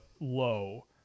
low